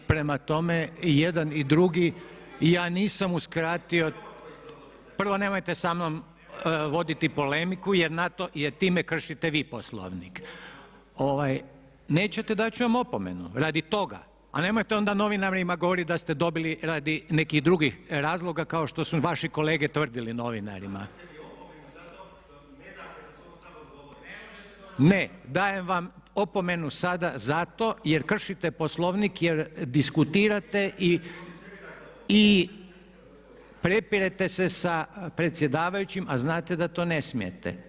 Prema tome, jedan i drugi, i ja nisam uskratio … [[Upadica se ne čuje.]] prvo nemojte samnom voditi polemiku jer time kršite vi Poslovnik, nećete dat ću vam opomenu radi toga, a nemojte onda novinarima govoriti da ste dobili radi nekih drugih razloga kao što su vaši kolege tvrdili novinarima. … [[Upadica se ne čuje.]] Ne dajem vam opomenu sada zato jer kršite Poslovnik jer diskutirate i prepirete se sa predsjedavajućim a znate da to ne smijete.